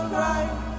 right